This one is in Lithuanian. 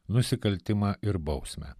nusikaltimą ir bausmę